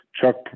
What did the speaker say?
Chuck